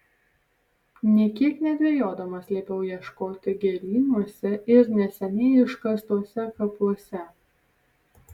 nė kiek nedvejodamas liepiau ieškoti gėlynuose ir neseniai iškastuose kapuose